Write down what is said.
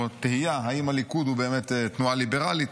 פה תהייה אם הליכוד הוא באמת תנועה ליברלית,